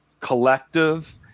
collective